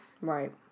Right